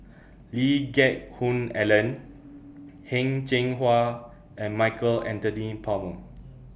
Lee Geck Hoon Ellen Heng Cheng Hwa and Michael Anthony Palmer